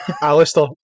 Alistair